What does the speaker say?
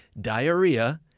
diarrhea